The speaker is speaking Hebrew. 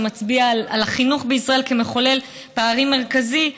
שמצביע על החינוך בישראל כמחולל פערים מרכזי.